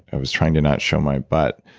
i was trying to not show my butt.